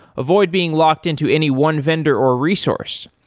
avoid being locked into any one vendor or resource.